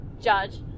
judge